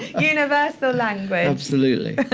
universal language. lee absolutely.